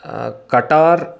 कटार्